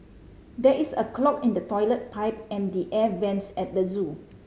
there is a clog in the toilet pipe and the air vents at the zoo